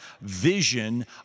vision